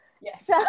Yes